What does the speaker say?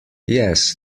yes